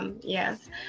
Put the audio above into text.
yes